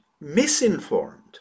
misinformed